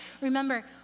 Remember